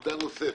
נקודה נוספת,